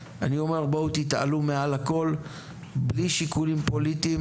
אני אומר בואו תתעלו מעל הכל בלי שיקולים פוליטיים